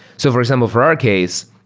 so for example, for our case,